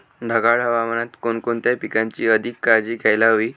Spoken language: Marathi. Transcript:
ढगाळ हवामानात कोणकोणत्या पिकांची अधिक काळजी घ्यायला हवी?